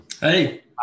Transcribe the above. Hey